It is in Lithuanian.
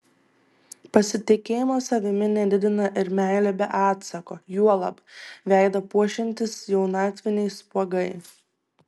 pasitikėjimo savimi nedidina ir meilė be atsako juolab veidą puošiantys jaunatviniai spuogai